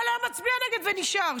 כל היום מצביע נגד, ונשאר.